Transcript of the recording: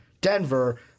Denver